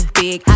big